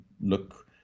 look